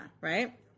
right